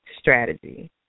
strategy